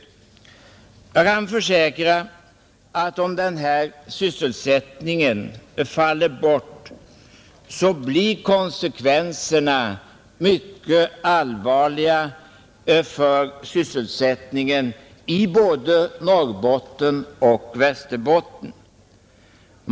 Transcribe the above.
Jag kan försäkra att om de här arbetstillfällena faller bort så blir konsekvenserna mycket allvarliga för sysselsättningen i både Norrbotten och Västerbotten.